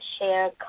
share